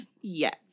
Yes